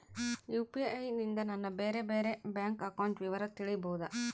UPI ನಿಂದ ನನ್ನ ಬೇರೆ ಬೇರೆ ಬ್ಯಾಂಕ್ ಅಕೌಂಟ್ ವಿವರ ತಿಳೇಬೋದ?